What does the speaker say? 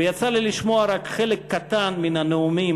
ויצא לי לשמוע רק חלק קטן מהנאומים,